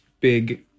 big